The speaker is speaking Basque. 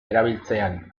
erabiltzean